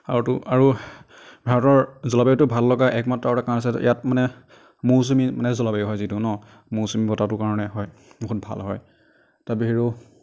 আৰুতো আৰু ভাৰতৰ জলবায়ুটো ভাল লগা একমাত্ৰ আৰু এটা কাৰণ হৈছে ইয়াত মানে মৌচুমী মানে জলবায়ু হয় যিটো ন মৌচুমী বতাহটোৰ কাৰণে হয় বহুত ভাল হয় তাৰ বাহিৰেও